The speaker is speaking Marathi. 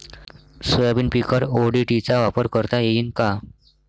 सोयाबीन पिकावर ओ.डी.टी चा वापर करता येईन का?